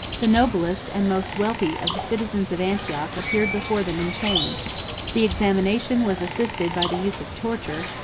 the noblest, and most wealthy, of the citizens of antioch appeared before them in chains the examination was assisted by the use of torture,